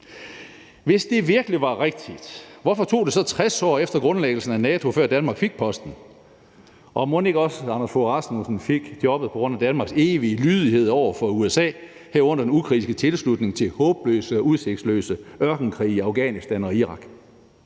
Hvis det virkelig var rigtigt, hvorfor tog det så 60 år fra grundlæggelsen af NATO, til Danmark fik posten? Og mon ikke også Anders Fogh Rasmussen fik jobbet på grund af Danmarks evige lydighed over for USA, herunder den ukritiske tilslutning til håbløse og udsigtsløse ørkenkrige i Afghanistan og Irak?